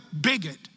bigot